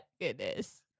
goodness